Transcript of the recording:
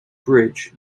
bridge